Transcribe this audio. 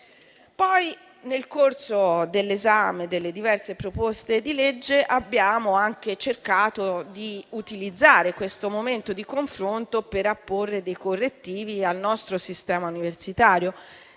Nel corso dell'esame delle diverse proposte di legge, abbiamo cercato di utilizzare questo momento di confronto per apporre dei correttivi al nostro sistema universitario.